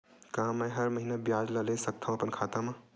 का मैं हर महीना ब्याज ला ले सकथव अपन खाता मा?